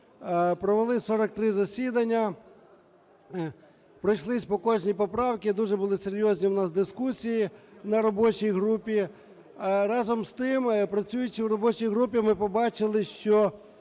Провели 43 засідання, пройшлись по кожній поправки. Дуже були серйозні у нас дискусії на робочій групі. Разом з тим, працюючи в робочій групі, ми побачили, що